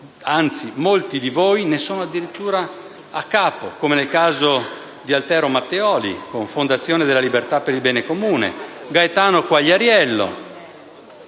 anzi, molti di voi ne sono addirittura a capo, come nel caso di Altero Matteoli con la Fondazione della libertà per il bene comune, di Gaetano Quagliariello